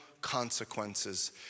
consequences